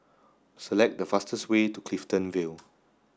select the fastest way to Clifton Vale